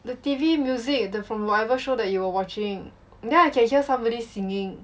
the T_V music from whatever show that you were watching then I can hear somebody singing